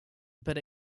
but